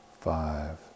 five